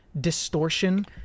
distortion